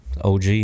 OG